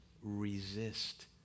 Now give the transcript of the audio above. resist